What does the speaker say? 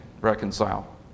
reconcile